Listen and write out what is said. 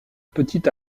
petite